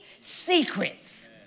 secrets